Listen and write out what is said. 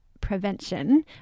prevention